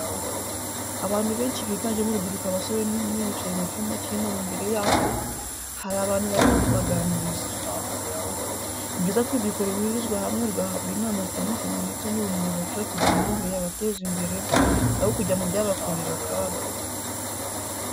Abantu benshi biganjemo urubyiruko abasore n'inkumi bicaye mu cyumba cy'inama imbere yabo hari abantu barimo kubaganiriza. Ni byiza ko urubyiruko ruhurizwa hamwe rugahabwa inama zitandukanye ndetse n'ubumenyi bubafasha kugira imyumvire yabateza imbere, aho kujya mu byabakururira akaga.